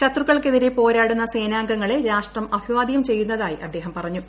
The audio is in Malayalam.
ശത്രുക്കൾക്കെതിരെ പോരാടുന്ന സേനാംഗങ്ങളെ രാഷ്ട്രം അഭിവാദ്യം ചെയ്യുന്നതായി അദ്ദേഹം പറഞ്ഞു